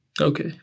okay